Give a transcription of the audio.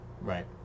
Right